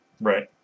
Right